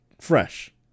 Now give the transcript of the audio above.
fresh